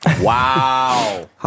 Wow